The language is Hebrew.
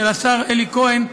של השר אלי כהן,